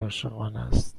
عاشقانست